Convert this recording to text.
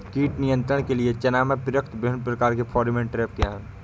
कीट नियंत्रण के लिए चना में प्रयुक्त विभिन्न प्रकार के फेरोमोन ट्रैप क्या है?